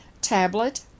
tablet